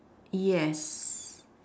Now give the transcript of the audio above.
yes